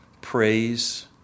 praise